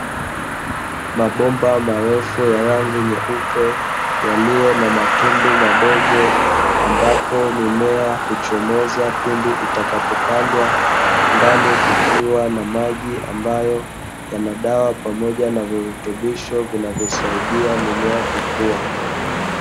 Mabomba marefu ya rangi nyeupe yaliyo na matundu madogo, ambapo mimea huchomoza pindi itakapopandwa, ndani kukiwa na maji ambayo yana dawa pamoja na virutubisho vinavyosaidia mimea kukua.